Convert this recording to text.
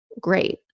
great